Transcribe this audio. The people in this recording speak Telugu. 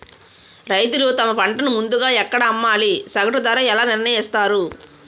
రైతులు తమ పంటను ముందుగా ఎక్కడ అమ్మాలి? సగటు ధర ఎలా నిర్ణయిస్తారు?